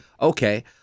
Okay